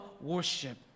worship